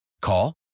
Call